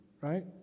right